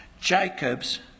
Jacob's